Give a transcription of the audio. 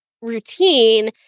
routine